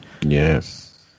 yes